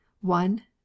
one